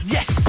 Yes